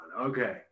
Okay